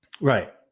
Right